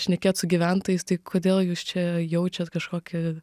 šnekėt su gyventojais tai kodėl jūs čia jaučiat kažkokį